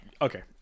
Okay